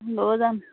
মইয়ো যাম